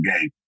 game